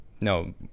No